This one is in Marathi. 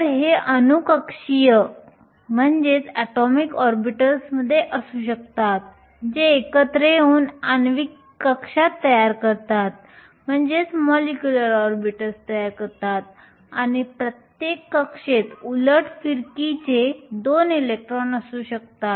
तर हे अणू कक्षीय असू शकतात जे एकत्र येऊन आण्विक कक्षा तयार करतात आणि प्रत्येक कक्षेत उलट फिरकीचे 2 इलेक्ट्रॉन असू शकतात